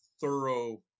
thorough